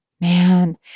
Man